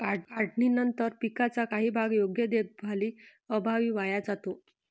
काढणीनंतर पिकाचा काही भाग योग्य देखभालीअभावी वाया जातो